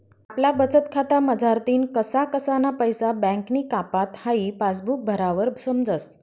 आपला बचतखाता मझारतीन कसा कसाना पैसा बँकनी कापात हाई पासबुक भरावर समजस